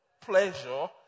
pleasure